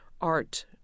art